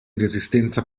resistenza